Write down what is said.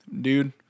dude –